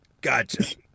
Gotcha